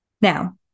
Now